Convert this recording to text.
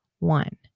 One